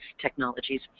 technologies